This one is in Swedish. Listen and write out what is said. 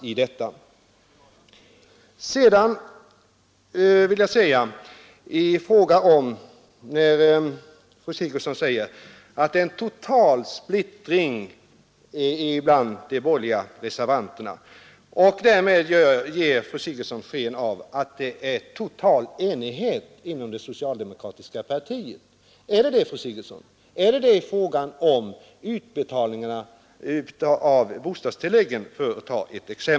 Fru Sigurdsen säger att splittringen bland de borgerliga reservanterna är total. Därmed ger fru Sigurdsen sken av att det råder total enighet inom det socialdemokratiska partiet. Är det verkligen så, fru Sigurdsen? Är det, för att ta ett exempel, total enighet i fråga om utbetalningarna av bostadstilläggen?